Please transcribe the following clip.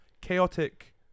chaotic